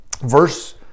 Verse